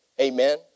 Amen